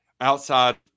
outside